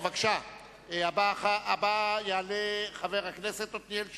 יעלה חבר הכנסת עתניאל שנלר.